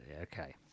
Okay